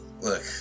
look